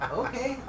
okay